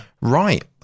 Right